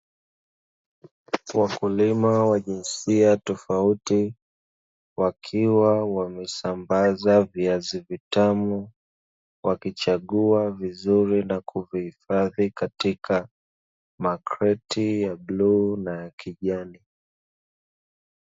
Wakulima wa jinsia tofaut, wakiwa wamesambaza viazi vitamu wakichagua vizuri na kuvihifadhi katika makreti ya bluu na ya kijani.